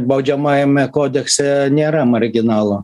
baudžiamajame kodekse nėra marginalo